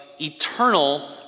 eternal